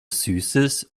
süßes